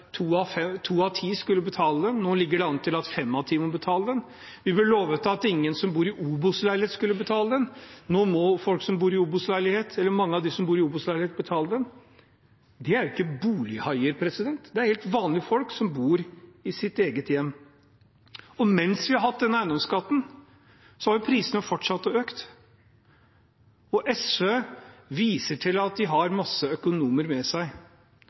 to av ti skulle betale den, nå ligger det an til at fem av ti må betale den. Vi ble lovet at ingen som bor i OBOS-leilighet, skulle betale den, nå må mange av dem som bor i OBOS-leilighet, betale den. Dette er ikke bolighaier, det er helt vanlige folk som bor i sitt eget hjem. Og mens vi har hatt denne eiendomsskatten, har prisene fortsatt å øke. SV viser til at de har masse økonomer med seg,